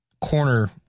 corner